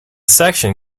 section